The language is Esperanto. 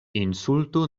insulto